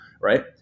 right